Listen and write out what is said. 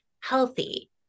healthy